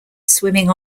swimming